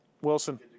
Wilson